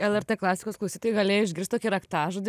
lrt klasikos klausytojai galėjo išgirst tokį raktažodį